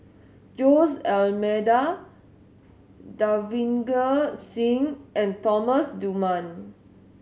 Jose D'Almeida Davinder Singh and Thomas Dunman